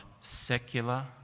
secular